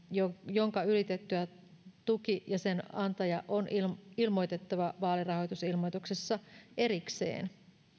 jonka ylityttyä tuki ja sen antaja on ilmoitettava vaalirahoitusilmoituksessa erikseen